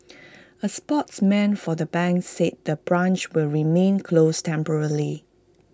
A spokesman for the bank said the branch will remain closed temporarily